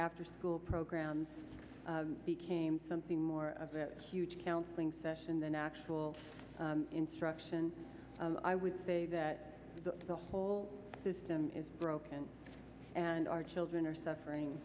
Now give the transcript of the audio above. after school programs became something more of a counseling session than actual instruction i would say that the whole system is broken and our children are suffering